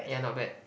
yeah not bad